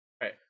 Right